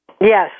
Yes